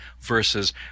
versus